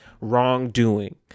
wrongdoing